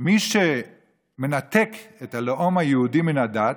מי שמנתק את הלאום היהודי מן הדת,